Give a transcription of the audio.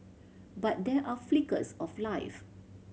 but there are flickers of life